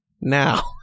now